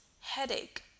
headache